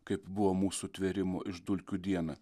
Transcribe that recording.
kaip buvo mūsų tvėrimo iš dulkių dieną